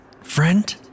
friend